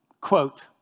Quote